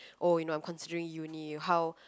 oh you know I'm considering uni how